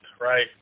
right